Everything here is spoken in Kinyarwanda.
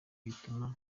bituma